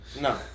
No